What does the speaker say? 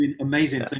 amazing